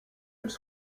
elles